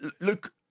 look